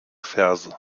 verse